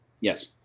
Yes